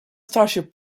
starship